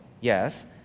yes